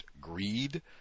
greed